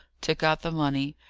took out the money,